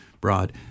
broad